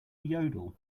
yodel